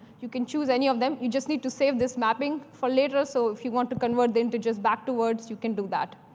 you can choose any of them. you just need to save this mapping for later so if you want to convert the integers back to words, you can do that.